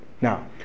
Now